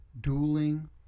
dueling